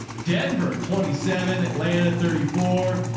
denver twenty seven, atlanta thirty four.